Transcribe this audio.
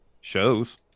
shows